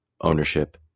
ownership